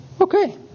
okay